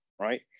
right